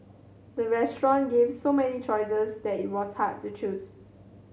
the restaurant gave so many choices that it was hard to choose